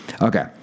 Okay